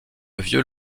vieux